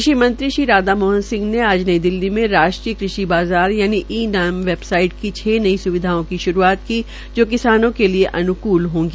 कृषि मंत्री राधा मोहन सिंह ने आज नई दिल्ली में राष्ट्रीय कृषि बाज़ार यानि ई नेम वेबसाइट की छ नई स्विधाओं की श्रूआत की जो किसानों के लिए अन्कूल होगी